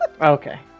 Okay